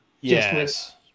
Yes